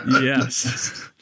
Yes